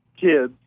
kids